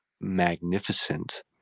magnificent